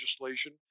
legislation